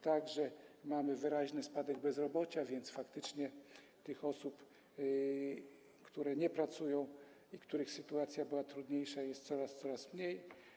Także mamy wyraźny spadek bezrobocia, więc faktycznie osób, które nie pracują i których sytuacja była trudniejsza, jest coraz mniej.